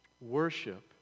Worship